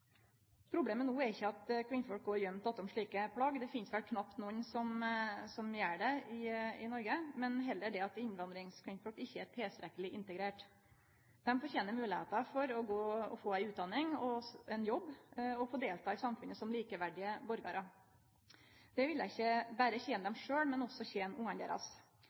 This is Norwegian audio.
er ikkje at kvinnfolk går gøymde bakom slike plagg – det finst vel knapt nokon som gjer det i Noreg – men heller at innvandringskvinnfolk ikkje er tilstrekkeleg integrerte. Dei fortener ei moglegheit til å få ei utdanning og ein jobb og til å få delta i samfunnet som likeverdige borgarar. Det vil ikkje berre tene dei sjølve, men også